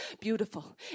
Beautiful